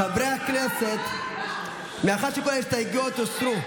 חברי הכנסת, מאחר שכל ההסתייגויות הוסרו,